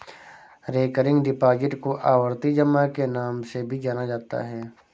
recurring deposit को आवर्ती जमा के नाम से भी जाना जाता है